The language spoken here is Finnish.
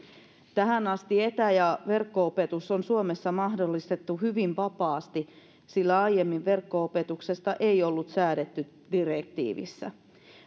tähän asti etä ja verkko opetus on suomessa mahdollistettu hyvin vapaasti sillä aiemmin verkko opetuksesta ei ollut säädetty direktiivissä